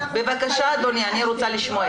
בבקשה אדוני, אני רוצה לשמוע אתכם.